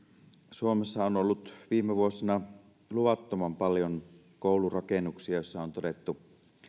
suomessa on ollut viime vuosina luvattoman paljon koulurakennuksia joissa on todettu